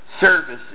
Service